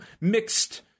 mixed